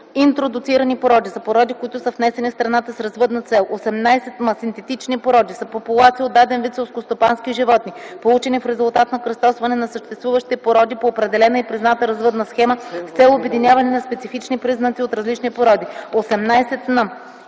„Интродуцирани породи” са породи, които са внесени в страната с развъдна цел. 18м. „Синтетични породи” са популации от даден вид селскостопански животни, получени в резултат на кръстосване на съществуващи породи по определена и призната развъдна схема с цел обединяване на специфични признаци от различни породи.